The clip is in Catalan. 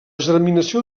germinació